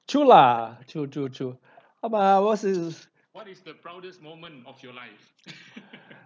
true lah true true true uh but I was